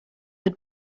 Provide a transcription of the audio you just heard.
had